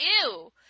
ew